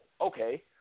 okay